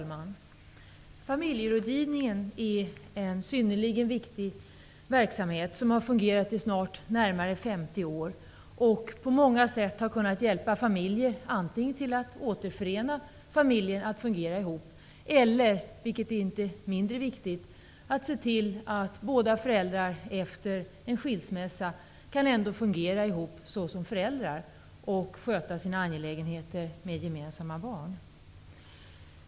Fru talman! Familjerådgivningen är en synnerligen viktig verksamhet som har fungerat i närmare 50 år. Den har på många sätt kunnat hjälpa familjer till att antingen återförenas och fungera ihop eller, vilket inte är mindre viktigt, genom att se till att båda föräldrar efter en skilsmässa ändå kan fungera ihop såsom föräldrar och sköta sina angelägenheter med gemensamma barn.